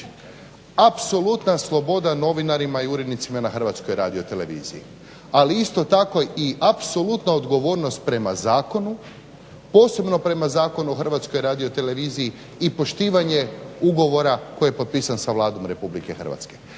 apsolutna sloboda novinarima i urednicima na Hrvatskoj radioteleviziji, ali isto tako i apsolutna odgovornost prema zakonu. Posebno prema Zakonu o Hrvatskoj radioteleviziji i poštivanje ugovora koji je potpisan sa Vladom Republike Hrvatske.